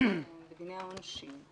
בדיני העונשין,